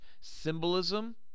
symbolism